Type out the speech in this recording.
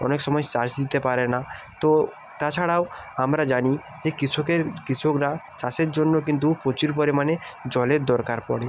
অনেক সময় চার্জ দিতে পারে না তো তাছাড়াও আমরা জানি যে কৃষকের কৃষকরা চাষের জন্য কিন্তু প্রচুর পরিমাণে জলের দরকার পড়ে